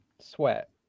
sweat